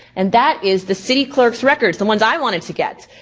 and that is the city clerk's records, the ones i wanted to get.